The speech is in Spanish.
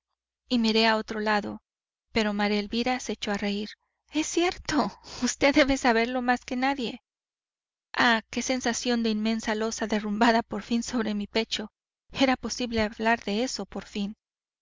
y miré a otro lado pero maría elvira se echó a reir es cierto vd debe saberlo más que nadie ah qué sensación de inmensa losa derrumbada por fin de sobre mi pecho era posible hablar de eso por fin